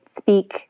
speak